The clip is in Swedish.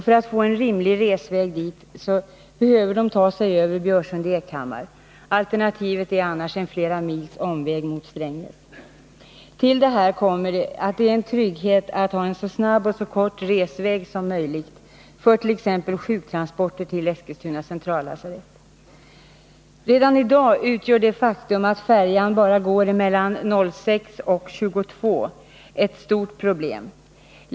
För att få en rimlig resväg behöver de ta sig över vid Björsund-Ekhammar. Alternativet är en flera mils omväg mot Strängnäs. Till detta kommer att det är en trygghet att ha en så snabb och kort resväg som möjligt för t.ex. sjuktransporter till Eskilstuna centrallasarett. Redan ii dag utgör det faktum att färjan bara går mellan kl. 6 och 22 ett stort problem.